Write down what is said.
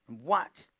watch